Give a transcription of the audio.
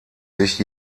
sich